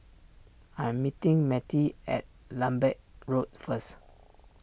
I am meeting Mettie at Lambeth Walk first